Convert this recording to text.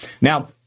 Now